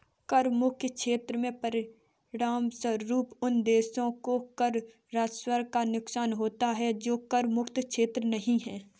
कर मुक्त क्षेत्र के परिणामस्वरूप उन देशों को कर राजस्व का नुकसान होता है जो कर मुक्त क्षेत्र नहीं हैं